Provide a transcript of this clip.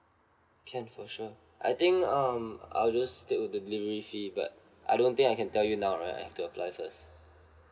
can for sure I think um I'll just stick with the delivery fee that I don't think I can tell you now right I have to apply first